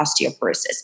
osteoporosis